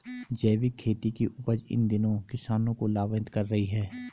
जैविक खेती की उपज इन दिनों किसानों को लाभान्वित कर रही है